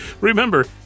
remember